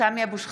סמי אבו שחאדה,